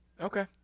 Okay